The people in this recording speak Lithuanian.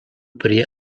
prie